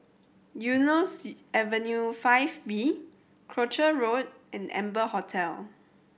Eunos Avenue Five B Croucher Road and Amber Hotel